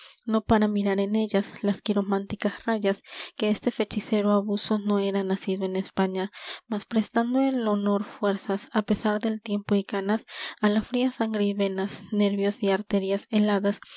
no para mirar en ellas las quirománticas rayas que este fechicero abuso no era nacido en españa mas prestando el honor fuerzas á pesar del tiempo y canas á la fría sangre y venas nervios y arterias heladas